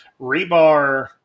Rebar